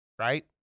Right